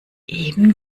eben